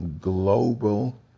global